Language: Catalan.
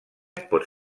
pot